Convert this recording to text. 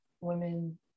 women